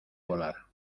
volar